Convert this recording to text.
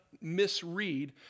misread